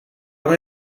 but